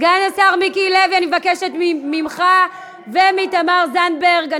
סגן השר מיקי לוי ותמר זנדברג,